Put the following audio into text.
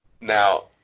Now